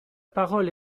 parole